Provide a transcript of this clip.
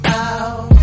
out